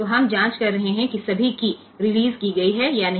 तो हम जाँच कर रहे हैं कि सभी कीय रिलीज़ की गई हैं या नहीं